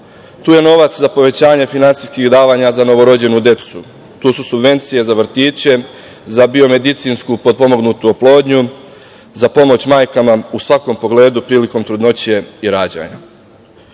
Tu je novac za povećavanje finansijskih davanja za novorođenu decu, tu su subvencije za vrtiće, za biomedicinsku potpomognutu oplodnju, za pomoć majkama u svakom pogledu prilikom trudnoće i rađanja.U